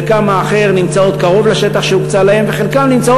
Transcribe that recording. חלקן האחר נמצאות קרוב לשטח שהוקצה להן,